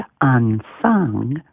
unsung